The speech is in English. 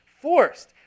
forced